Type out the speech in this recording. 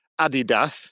Adidas